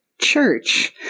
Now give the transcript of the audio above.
church